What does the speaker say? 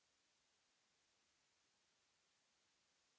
Merci,